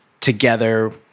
together